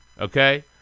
okay